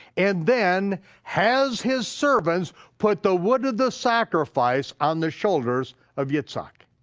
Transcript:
and then has his servants put the wood of the sacrifice on the shoulders of yitzhak.